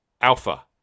Alpha